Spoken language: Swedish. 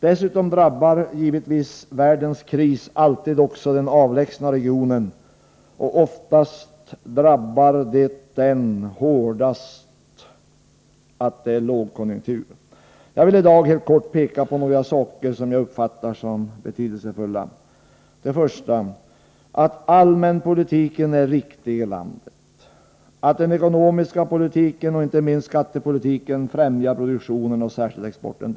Dessutom drabbar givetvis världens kris alltid också den avlägsna regionen, och oftast drabbar det den hårdast att det är lågkonjunktur. Jag vill i dag helt kort peka på några saker som jag uppfattar som betydelsefulla: 1. Att allmänpolitiken är riktig i landet — att den ekonomiska politiken och inte minst skattepolitiken främjar produktionen och särskilt exporten.